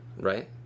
right